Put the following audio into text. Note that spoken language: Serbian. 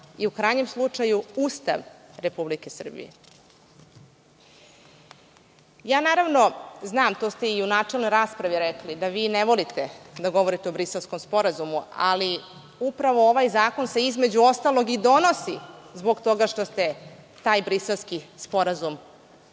i u krajnjem slučaju Ustav Republike Srbije. Naravno znam, to ste i u načelnoj raspravi rekli, da vi ne volite da govorite o Briselskom sporazumu, ali upravo ovaj zakon se između ostalog i donosi zbog toga što ste taj Briselski sporazum usvojili.U